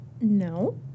no